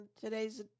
today's